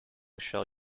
shall